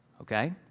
Okay